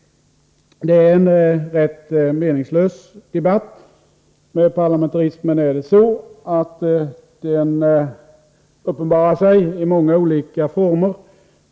Det är en rätt meningslös debatt. Parlamentarismen uppenbarar sig i många olika former.